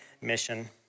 mission